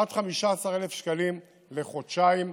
עד 15,000 שקלים לחודשיים,